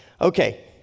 Okay